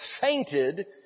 fainted